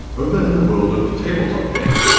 over in the world of tabletop gaming,